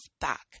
back